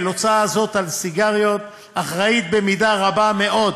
על סיגריות אחראית במידה רבה מאוד